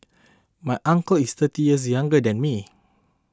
my uncle is thirty years younger than me